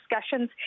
discussions